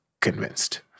convinced